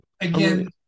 again